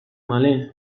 malin